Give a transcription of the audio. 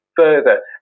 further